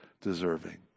deserving